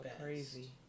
crazy